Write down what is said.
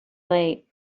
late